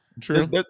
True